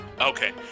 Okay